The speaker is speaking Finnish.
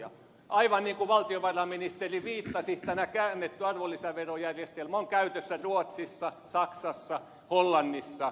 aivan niin kuin valtiovarainministeri viittasi tämä käännetty arvonlisäverojärjestelmä on käytössä ruotsissa saksassa hollannissa